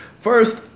First